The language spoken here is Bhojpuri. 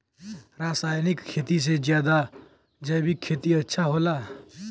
रासायनिक खेती से ज्यादा जैविक खेती अच्छा होला